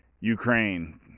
Ukraine